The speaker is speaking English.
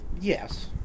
Yes